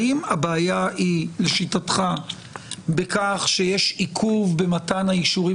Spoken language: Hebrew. האם הבעיה היא לשיטתך בכך שיש עיכוב במתן האישורים